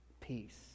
peace